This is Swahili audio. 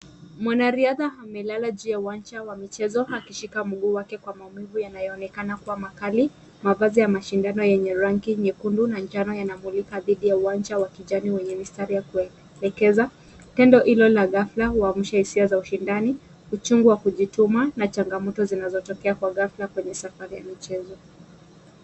Mwanariadha amelala juu ya uwanja wa michezo akishika mguu wake kwa maumivu yanaonekana kuwa makali. Mavazi ya mashindano mekundu na njano yanamlika dhidi ya uwanja wa kijani wenye mistari ya kuwekeza. Tendo hilo la ghafla huamsha hisia za ushindani, uchungu wa kujituma na changamoto zinazotokea kwa ghafla kwenye safari ya michezo.